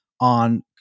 on